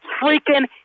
freaking